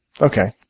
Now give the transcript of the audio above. Okay